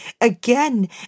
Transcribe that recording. again